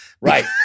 right